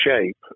shape